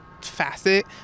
facet